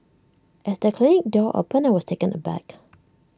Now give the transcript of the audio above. as the clinic door opened I was taken aback